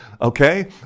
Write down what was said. okay